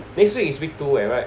next week is week two yeah right